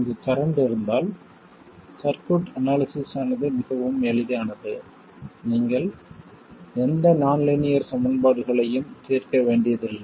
அங்கு கரண்ட் இருந்தால் circuit analysis ஆனது மிகவும் எளிதானது நீங்கள் எந்த நான் லீனியர் சமன்பாடுகளையும் தீர்க்க வேண்டியதில்லை